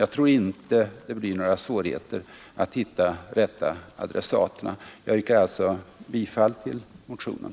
Jag tror inte att det blir några svårigheter att hitta de rätta adressaterna. Jag yrkar alltså bifall till motionen.